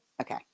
Okay